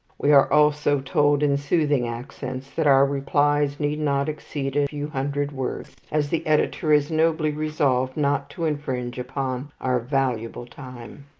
we are also told in soothing accents that our replies need not exceed a few hundred words, as the editor is nobly resolved not to infringe upon our valuable time.